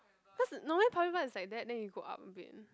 cause normally public bus is like that then you go up a bit